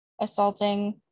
assaulting